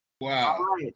Wow